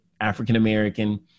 African-American